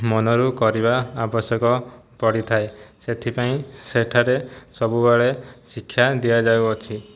ମନରୁ କରିବା ଆବଶ୍ୟକ ପଡ଼ିଥାଏ ସେଥିପାଇଁ ସେଠାରେ ସବୁବେଳେ ଶିକ୍ଷା ଦିଆଯାଉଅଛି